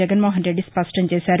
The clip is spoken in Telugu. జగన్మోహన్రెడ్డి స్పష్టం చేశారు